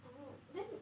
oh then